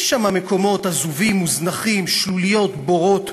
יש שם מקומות עזובים, מוזנחים, שלוליות, בורות.